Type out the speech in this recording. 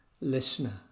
Listener